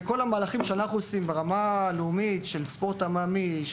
כמובן שבכל המהלכים שאנחנו עשינו ברמה הלאומית של ספורט עממי,